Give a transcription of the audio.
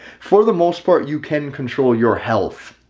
for the most part, you can control your health.